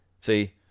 See